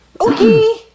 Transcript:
Okay